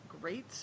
great